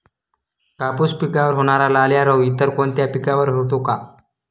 कापूस पिकावर होणारा लाल्या रोग इतर कोणत्या पिकावर होतो?